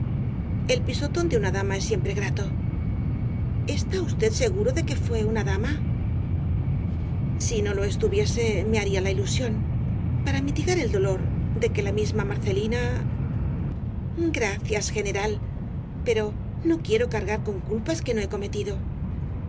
el pisotón de una dama es siempre grato está usted seguro de que fué una dama si no lo estuviese me haría la ilusión para mitigar el dolor de que la misma marcelina gracias general pero no quiero cargar con culpas que no he cometido